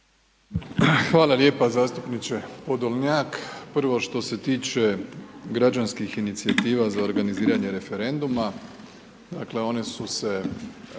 Hvala lijepa zastupniče Podolnjak, prvo što se tiče građanskih inicijativa za organiziranje referenduma, dakle one su se